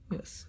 Yes